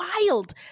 wild